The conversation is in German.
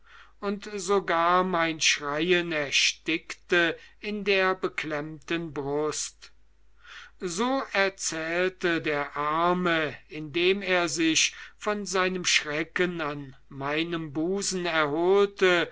und sogar mein schreien erstickte in der beklemmten brust so erzählte der arme indem er sich von seinem schrecken an meinem busen erholte